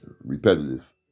repetitive